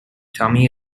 tommy